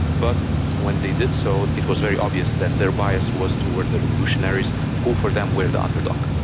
but when they did so it was very obvious that their bias was towards the revolutionaries who for them were the underdog,